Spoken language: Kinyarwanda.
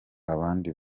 abandi